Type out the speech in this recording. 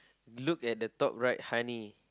look at the top right honey